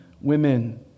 women